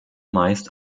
meist